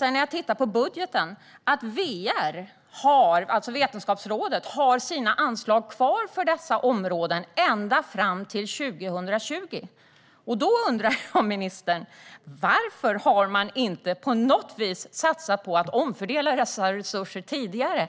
när jag tittar på budgeten visar det sig dock att VR, alltså Vetenskapsrådet, har sina anslag kvar för dessa områden ända fram till 2020. Därför undrar jag, ministern, varför ni inte på något vis har satsat på att omfördela dessa resurser tidigare.